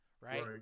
right